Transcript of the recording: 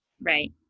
Right